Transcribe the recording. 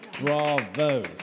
Bravo